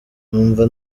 numva